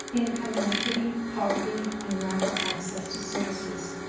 income inequity, poverty and lack of access to services.